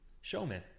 showman